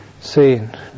seen